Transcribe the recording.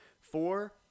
four